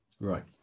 right